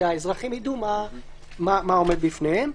שהאזרחים ידעו מה עומד בפניהם.